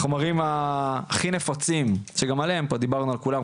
החומרים הכי נפוצים שגם עליהם פה דיברנו על כולם,